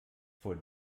vor